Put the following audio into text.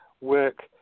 work